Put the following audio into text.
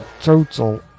total